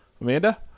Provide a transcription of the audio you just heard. Amanda